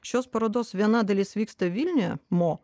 šios parodos viena dalis vyksta vilniuje mo